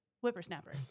Whippersnapper